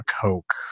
coke